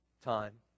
time